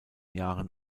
jahren